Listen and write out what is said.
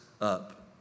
up